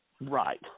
Right